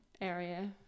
area